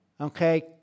okay